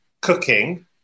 cooking